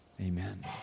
amen